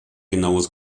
genaues